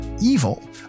evil